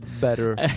better